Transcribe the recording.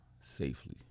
safely